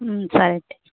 సరే